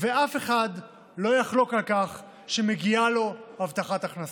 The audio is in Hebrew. אף אחד לא יחלוק על כך שמגיעה לו הבטחת הכנסה,